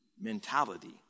mentality